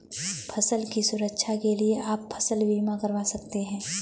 फसल की सुरक्षा के लिए आप फसल बीमा करवा सकते है